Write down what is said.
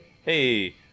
Hey